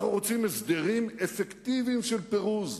אנחנו רוצים הסדרים אפקטיביים של פירוז,